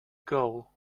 goal